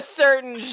certain